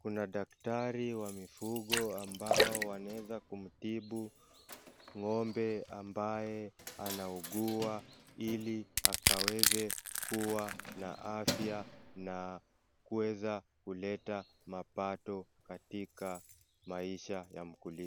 Kuna daktari wa mifugo ambao wanaeza kumtibu ng'ombe ambaye anaugua ili akaweze kuwa na afya na kuweza kuleta mapato katika maisha ya mkulima.